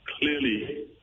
Clearly